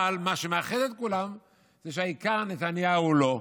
אבל מה שמאחד את כולם זה שהעיקר, נתניהו לא.